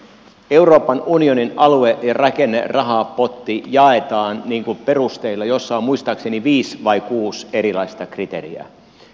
euroopan unionin alue ja rakennerahapotti jaetaan perusteilla joissa on muistaakseni viisi tai kuusi erilaista kriteeriä